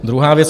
Druhá věc.